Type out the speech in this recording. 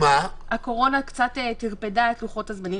הקורונה קצת טרפדה את לוחות הזמנים.